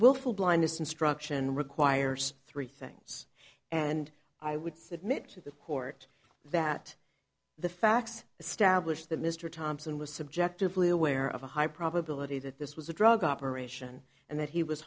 willful blindness instruction requires three things and i would submit to the court that the facts establish that mr thompson was subjectively aware of a high probability that this was a drug operation and that he was